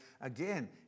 again